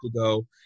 ago